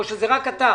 או שזה רק אתה?